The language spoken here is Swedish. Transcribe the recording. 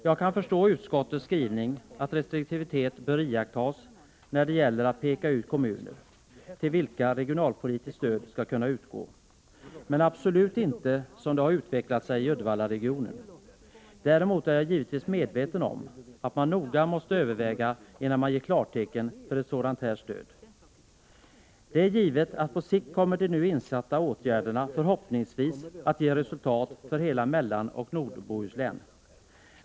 Jag kan förstå utskottets skrivning att restriktivitet bör iakttas med att peka ut kommuner till vilka regionalpolitiskt stöd skall kunna utgå, men det gäller absolut inte Uddevallaregionen, så som situationen har utvecklat sig där. Däremot är jag givetvis medveten om att man noga måste överväga innan man ger klartecken för ett sådant här stöd. På sikt kommer de nu insatta åtgärderna förhoppningsvis att ge resultat för hela Mellanoch Nordbohuslän.